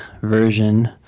version